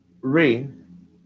rain